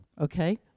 okay